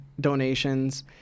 donations